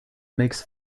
makes